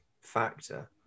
factor